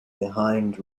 behind